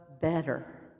better